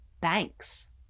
banks